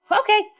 okay